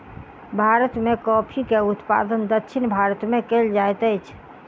भारत में कॉफ़ी के उत्पादन दक्षिण भारत में कएल जाइत अछि